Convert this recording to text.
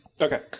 Okay